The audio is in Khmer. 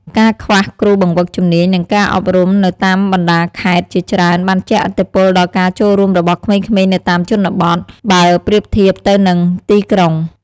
ការខ្វះគ្រូបង្វឹកជំនាញ និងការអប់រំនៅតាមបណ្ដាខេត្តជាច្រើនបានជះឥទ្ធិពលដល់ការចូលរួមរបស់ក្មេងៗនៅតាមជនបទ បើប្រៀបធៀបទៅនឹងទីក្រុង។